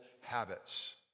habits